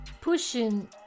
pushing